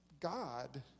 God